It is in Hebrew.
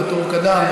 והתור קדם,